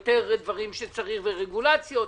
יותר דברים, רגולציות.